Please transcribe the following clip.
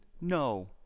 no